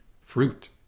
fruit